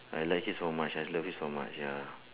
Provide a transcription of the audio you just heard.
I like it so much I love it so much ya